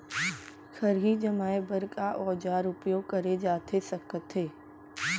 खरही जमाए बर का औजार उपयोग करे जाथे सकत हे?